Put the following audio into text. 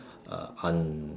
uh un~